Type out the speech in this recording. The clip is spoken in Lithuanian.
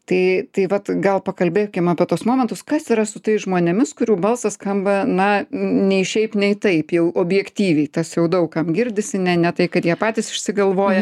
tai tai vat gal pakalbėkim apie tuos momentus kas yra su tais žmonėmis kurių balsas skamba na nei šiaip nei taip jau objektyviai tas jau daug kam girdisi ne ne tai kad jie patys išsigalvoja